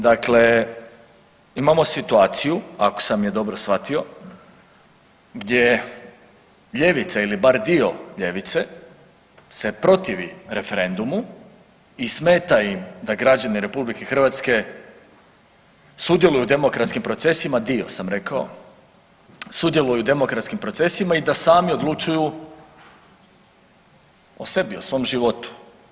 Dakle, imamo situaciju ako sam je dobro shvatio gdje ljevica ili bar dio ljevice se protivi referendumu i smeta im da građani RH sudjeluju u demokratskim procesima, dio sam rekao, sudjeluju u demokratskim procesima i da sami odlučuju o sebi, o svom životu.